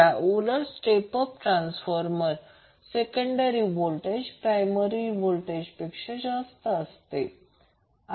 याउलट step up transformer प्रकरणात secondary voltage primary व्होल्टेजपेक्षा जास्त आहे